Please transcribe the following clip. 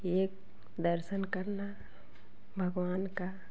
एक दर्शन करना भगवान का